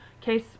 case